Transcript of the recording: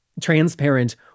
Transparent